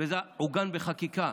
זה עוגן בחקיקה.